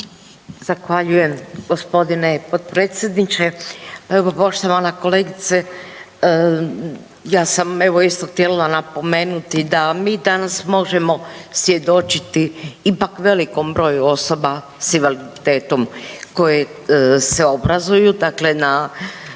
Zahvaljujem gospodine potpredsjedniče. Evo poštovana kolegice ja sam evo isto htjela napomenuti da mi danas možemo svjedočiti ipak velikom broju osoba s invaliditetom koje se obrazuju dakle na